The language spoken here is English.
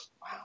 Wow